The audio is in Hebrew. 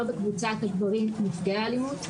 לא בקבוצת הגברים נפגעי האלימות,